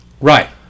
right